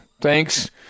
thanks